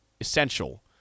essential